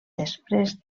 després